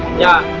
ya.